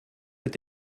mit